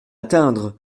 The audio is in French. atteindre